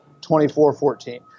24-14